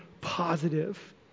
positive